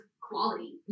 quality